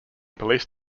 police